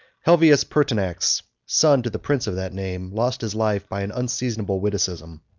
helvius pertinax, son to the prince of that name, lost his life by an unseasonable witticism.